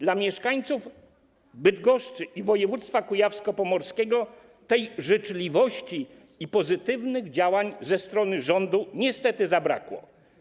Dla mieszkańców Bydgoszczy i województwa kujawsko-pomorskiego tej życzliwości i pozytywnych działań ze strony rządu niestety zabrakło.